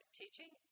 teaching